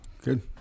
good